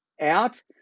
out